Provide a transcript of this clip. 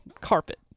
carpet